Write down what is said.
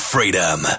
Freedom